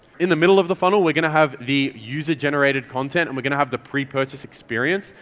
in the middle of the funnel, we're gonna have the user-generated content and we're gonna have the pre-purchase experience,